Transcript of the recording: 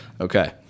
Okay